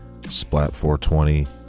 Splat420